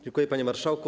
Dziękuję, panie marszałku.